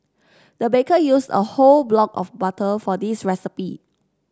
the baker used a whole block of butter for this recipe